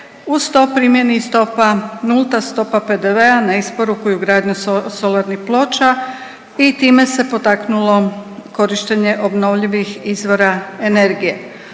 uz to primjeni stopa, nulta stopa PDV-a na isporuku i ugradnju solarnih ploča i time se potaknulo korištenje obnovljivih izvora energije.